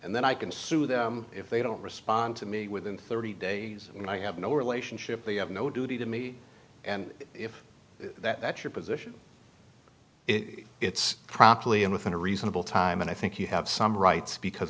and then i can sue them if they don't respond to me within thirty days and i have no relationship they have no duty to me and if that your position if it's properly and within a reasonable time and i think you have some rights because